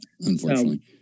unfortunately